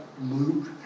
Luke